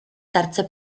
terze